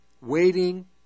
waiting